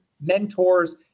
mentors